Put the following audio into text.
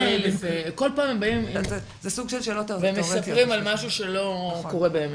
כל פעם הם באים ומספרים על משהו שלא קורה באמת.